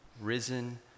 risen